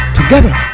together